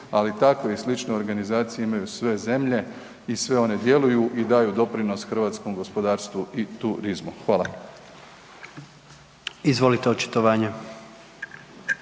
ali takve i slične organizacije imaju sve zemlje i sve one djeluju i daju doprinos hrvatskom gospodarstvu i turizmu. Hvala. **Jandroković,